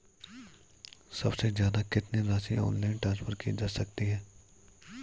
सबसे ज़्यादा कितनी राशि ऑनलाइन ट्रांसफर की जा सकती है?